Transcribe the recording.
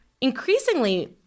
Increasingly